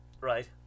Right